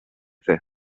fer